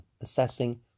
assessing